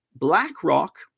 BlackRock